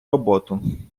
роботу